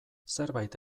zerbait